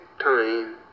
time